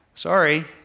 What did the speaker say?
sorry